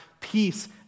peace